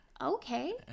okay